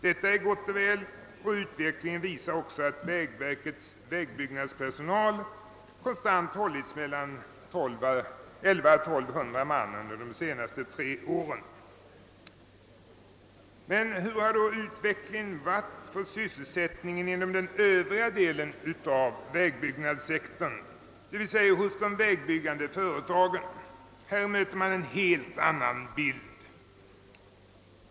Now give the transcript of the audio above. Detta är gott och väl, och utvecklingen visar också att vägverkets vägbyggnadspersonal permanent hållits mellan 1100 och 1200 man under de senaste tre åren. Hurudan har då utvecklingen varit för sysselsättningen inom den övriga delen av vägbyggnadssektorn, d.v.s. hos de vägbyggande företagen? Här möter man en helt annan bild.